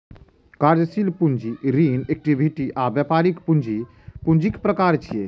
कार्यशील पूंजी, ऋण, इक्विटी आ व्यापारिक पूंजी पूंजीक प्रकार छियै